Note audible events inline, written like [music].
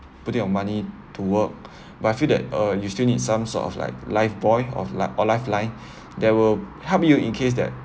putting your money to work [breath] but I feel that uh you still need some sort of like lifebuoy of like or lifeline [breath] that will help you in case that